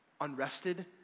Unrested